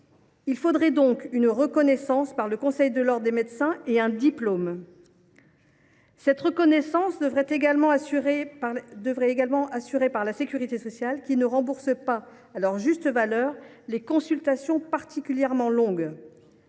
Il faudrait donc une reconnaissance par le Conseil de l’ordre national des médecins et un diplôme. Cette reconnaissance devrait être également assurée par la sécurité sociale, qui ne rembourse pas à leur juste valeur ces consultations particulièrement longues.